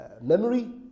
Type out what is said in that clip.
memory